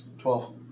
Twelve